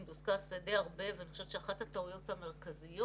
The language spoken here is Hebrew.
מדוסקס די הרבה ואני חושבת שאחת הטעויות המרכזיות